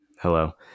Hello